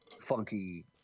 funky